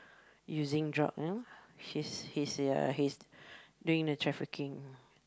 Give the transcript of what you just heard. using drug you know he's he's ya he's doing the trafficking